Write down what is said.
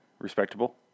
Respectable